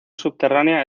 subterránea